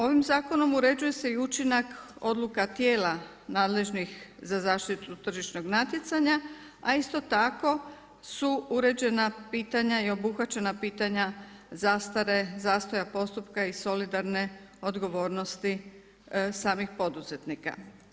Ovim zakonom uređuje se i učinak odluka tijela nadležnih za zaštitu tržišnog natjecanja, a isto tako su uređena pitanja i obuhvaćena pitanja zastare zastoja postupka i solidarne odgovornosti samih poduzetnika.